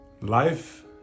Life